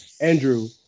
Andrew